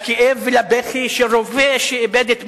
לכאב ולבכי של רופא שאיבד את בנותיו,